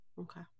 Okay